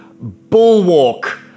bulwark